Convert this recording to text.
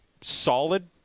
solid